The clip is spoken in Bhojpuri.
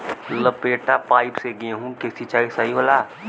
लपेटा पाइप से गेहूँ के सिचाई सही होला?